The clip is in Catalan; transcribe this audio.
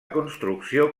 construcció